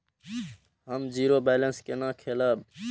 हम zero balance केना खोलैब?